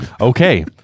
Okay